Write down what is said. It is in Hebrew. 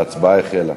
ההצבעה החלה.